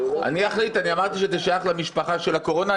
אמרתי שזה שייך למשפחה של הקורונה.